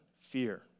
fear